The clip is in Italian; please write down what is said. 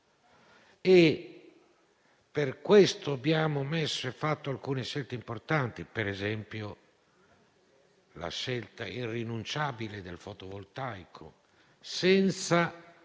Per questo abbiamo fatto alcune scelte importanti, come, ad esempio, la scelta irrinunciabile del fotovoltaico, senza